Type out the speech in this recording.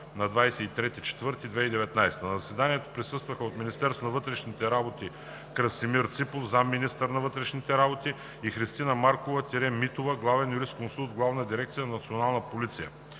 на 23 април 2019 г. На заседанието присъстваха от Министерството на вътрешните работи: Красимир Ципов – заместник-министър на вътрешните работи, и Христина Маркова-Митова – главен юрисконсулт в Главна дирекция „Национална Полиция“;